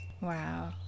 Wow